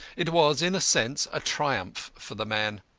it was, in a sense, a triumph for the man.